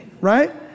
right